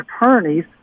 attorneys